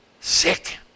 Sick